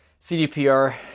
CDPR